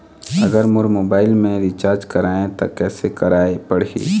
अगर मोर मोबाइल मे रिचार्ज कराए त कैसे कराए पड़ही?